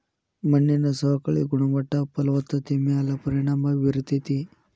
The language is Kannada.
ಮಣ್ಣಿನ ಸವಕಳಿ ಗುಣಮಟ್ಟ ಫಲವತ್ತತೆ ಮ್ಯಾಲ ಪರಿಣಾಮಾ ಬೇರತತಿ